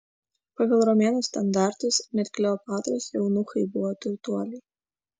pagal romėnų standartus net kleopatros eunuchai buvo turtuoliai